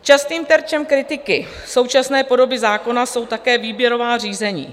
Častým terčem kritiky současné podoby zákona jsou také výběrová řízení.